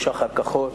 יש "שח"ר כחול",